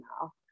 now